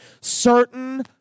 certain